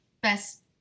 best